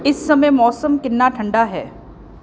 ਇਸ ਸਮੇਂ ਮੌਸਮ ਕਿੰਨਾ ਠੰਡਾ ਹੈ